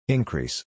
Increase